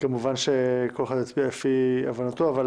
כמובן שכל אחד יצביע לפי הבנתו אבל